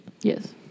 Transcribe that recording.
Yes